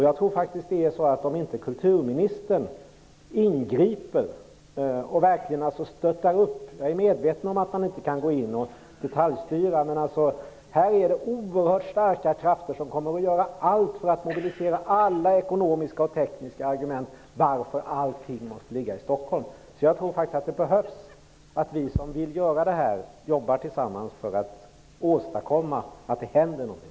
Jag tror faktiskt att kulturministern på något sätt måste ingripa, även om jag är medveten att hon inte kan gå in och detaljstyra. Här är det oerhört starka krafter som kommer att göra allt för att mobilisera alla ekonomiska och tekniska argument för att allting måste ligga i Stockholm. Det kräver att vi som vill ha en ändring jobbar tillsammans för att se till att det händer någonting.